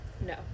No